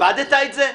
איבדת את זה?